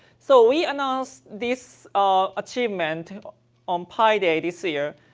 so we announced this ah achievement ah but on pi day this year.